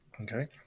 Okay